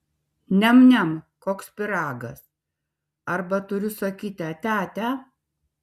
niam niam koks pyragas arba turiu sakyti ate ate